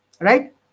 Right